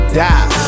die